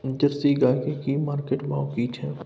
Jersey गाय की market भाव की छै?